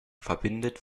verbindet